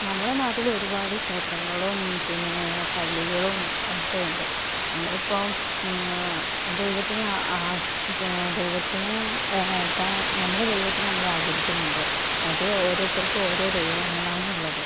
നമ്മുടെ നാട്ടിൽ ഒരുപാട് ക്ഷേത്രങ്ങളും പിന്നെ പള്ളികളും ഒക്കെ ഉണ്ട് നമ്മളിപ്പം ദൈവത്തിനെ ദൈവത്തിനെ ആ താ നമ്മുടെ ദൈവത്തിനെ നമ്മൾ ആചരിക്കുന്നുണ്ട് അത് ഓരോരുത്തർക്കും ഓരോ ദൈവങ്ങളാണ് ഉള്ളത്